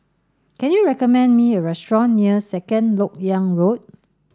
can you recommend me a restaurant near Second Lok Yang Road